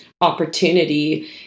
opportunity